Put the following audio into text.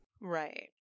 Right